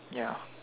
ya